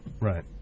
Right